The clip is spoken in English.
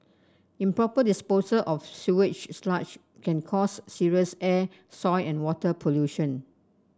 improper disposal of sewage sludge can cause serious air soil and water pollution